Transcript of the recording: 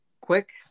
Quick